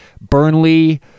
Burnley